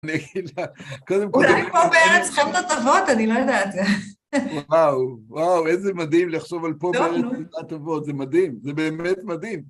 אני אגיד לה, קודם כל... אולי פה בארץ חמדת אבות, אני לא יודעת. וואו, וואו, איזה מדהים לחשוב על פה בארץ חמדת אבות. זה מדהים, זה באמת מדהים.